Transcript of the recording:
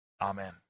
Amen